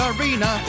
Arena